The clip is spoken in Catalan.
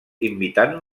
imitant